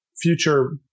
future